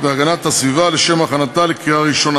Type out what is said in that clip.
עכשיו ההודעה הטעונה הצבעה.